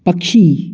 पक्षी